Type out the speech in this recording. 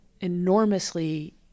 enormously